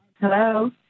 Hello